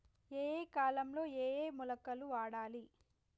ఏయే కాలంలో ఏయే మొలకలు వాడాలి?